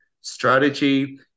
strategy